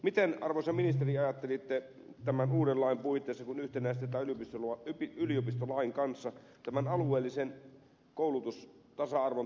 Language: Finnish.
miten arvoisa ministeri ajattelitte tämän uuden lain puitteissa alueellisen koulutustasa arvon toteuttaa kun tämä yhtenäistetään yliopistolain kanssa